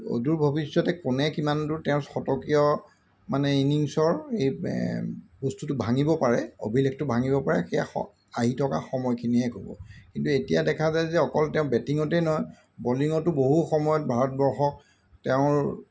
অদূৰ ভৱিষ্যতে কোনে কিমান দূৰ তেওঁৰ শতকীয় মানে ইনিংছৰ এই বস্তুটো ভাঙিব পাৰে অভিলেখটো ভাঙিব পাৰে সেয়া আহি থকা সময়খিনিয়েহে ক'ব কিন্তু এতিয়া দেখা যায় যে অকল তেওঁ বেটিঙতেই নহয় বলিঙতো বহু সময়ত ভাৰতবৰ্ষক তেওঁৰ